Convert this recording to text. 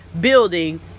building